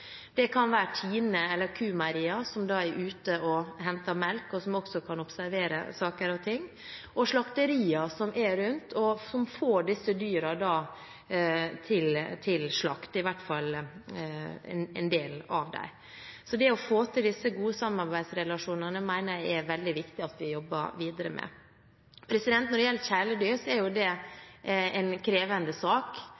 Det kan være TINE eller Q-meieriene, som er ute for å hente melk, og som da også kan observere saker og ting. Og det kan være slakterier, som finnes rundt omkring, og som får disse dyrene til slakt – i hvert fall en del av dem. Så det å få til disse gode samarbeidsrelasjonene mener jeg det er veldig viktig at vi jobber videre med. Når det gjelder kjæledyr, er det en krevende sak